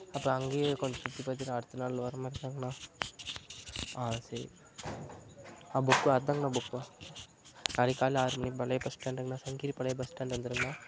அப்புறம் அங்கேயே கொஞ்சம் சுற்றிப் பார்த்துட்டு அடுத்தநாள் வர்றமாதிரித்தாங்கண்ணா ஆ சரி புக் அதாங்கண்ணா புக் நாளைக்கு காலையில ஆறு மணிக்கு பழைய பஸ் ஸ்டாண்டுங்கண்ணா சங்ககிரி பழைய பஸ் ஸ்டாண்டு வந்துடுங்கண்ணா